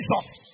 Jesus